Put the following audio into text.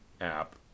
app